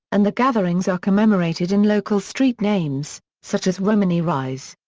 and the gatherings are commemorated in local street names, such as romany rise.